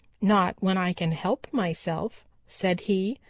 not when i can help myself, said he,